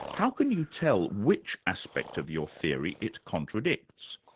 how can you tell which aspect of your theory it contradicts?